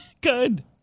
Good